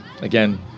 again